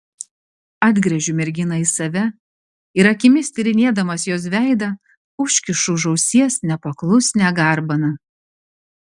atgręžiu merginą į save ir akimis tyrinėdamas jos veidą užkišu už ausies nepaklusnią garbaną